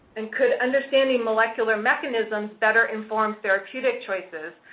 and could understanding molecular mechanisms better inform therapeutic choices.